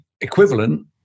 equivalent